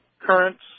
currents